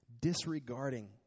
disregarding